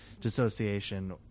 dissociation